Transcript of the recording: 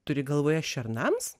turi galvoje šernams